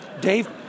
Dave